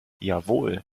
jawohl